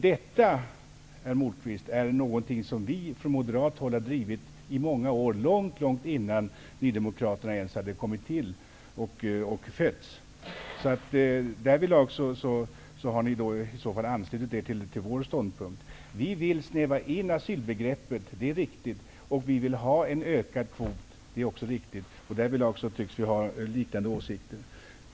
Detta, herr Moquist, är någonting som vi från moderat håll har drivit långt innan nydemokraterna ens kom till. Därvidlag har ni i så fall anslutit er till vår ståndpunkt. Vi vill göra asylbegreppet snävare, det är riktigt, och vi vill ha en ökad kvot. Det är också riktigt. Där tycks vi ha liknande åsikter.